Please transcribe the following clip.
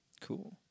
cool